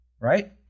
right